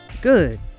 Good